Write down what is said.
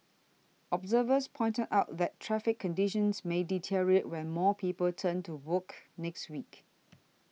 observers pointed out that traffic conditions may deteriorate when more people return to work next week